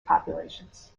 populations